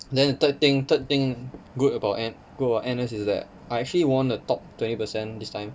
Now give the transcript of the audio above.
then the third thing third thing good about N good about N_S is that I actually won the top twenty percent this time